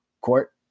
court